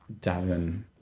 Davin